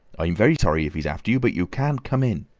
i'm very sorry if he's after you, but you can't come in!